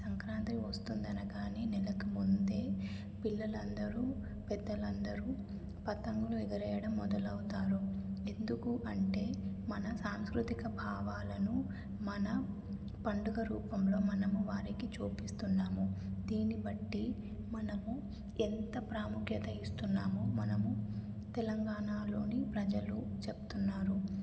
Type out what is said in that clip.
సంక్రాంత్రి వస్తుందని అనగానే నెలకి ముందే పిల్లలు అందరూ పెద్దలు అందరూ పతంగులు ఎగరేయడం మొదలవుతారు ఎందుకు అంటే మన సాంస్కృతిక భావాలను మన పండగ రూపంలో మనము వారికి చూపిస్తున్నాము దీన్నిబట్టి మనము ఎంత ప్రాముఖ్యత ఇస్తున్నామో మనము తెలంగాణలోని ప్రజలు చెప్తున్నారు